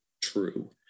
true